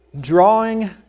drawing